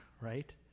right